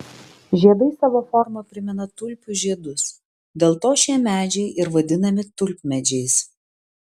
žiedai savo forma primena tulpių žiedus dėl to šie medžiai ir vadinami tulpmedžiais